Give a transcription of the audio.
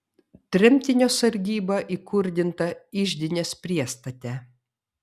tremtinio sargyba įkurdinta iždinės priestate